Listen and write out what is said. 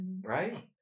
right